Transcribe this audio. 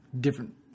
different